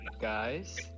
guys